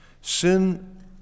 Sin